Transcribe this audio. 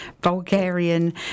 Bulgarian